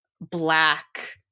black